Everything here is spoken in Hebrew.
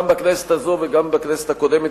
גם בכנסת הזו וגם בכנסת הקודמת,